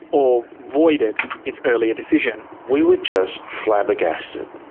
or voided, its earlier decision. we were just flabbergasted,